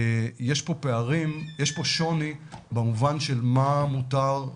יש פה שוני במובן של מה מותר,